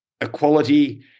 equality